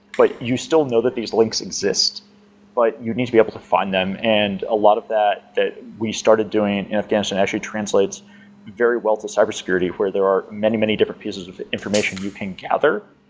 but you still know that these links exist but you need to be able to find them. and a lot of that that we started doing, and afghanistan actually translates very well to cyber security where there are many, many different pieces of information you can gather.